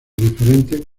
diferentes